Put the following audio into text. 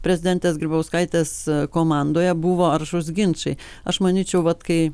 prezidentės grybauskaitės komandoje buvo aršūs ginčai aš manyčiau vat kai